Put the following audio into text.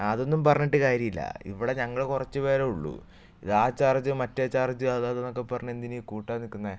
അതൊന്നും പറഞ്ഞിട്ട് കാര്യമില്ല ഇവിടെ ഞങ്ങൾ കുറച്ചു പേരേ ഒള്ളു ഇതാ ചാർജ് മറ്റേ ചാർജ് അത് അതെന്നൊക്കെ പറഞ്ഞൂ എന്ത് ഇനി കൂട്ടാൻ നിൽക്കുന്നത്